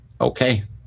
Okay